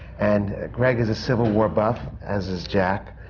and greg is a civil war buff, as is jack,